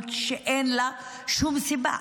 התעמרות שאין לה שום סיבה.